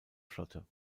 flotte